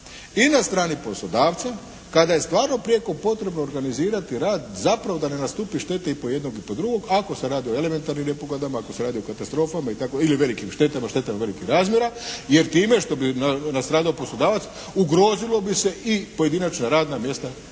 i na strani poslodavca kada je stvarno prijeko potrebno organizirati rad zapravo da ne nastupi šteta i po jednog i po drugog ako se radi o elementarnim nepogodama, ako se radi o katastrofama ili velikim štetama, štetama velikih razmjera. Jer time što bi nastradao poslodavac ugrozilo bi se i pojedinačna radna mjesta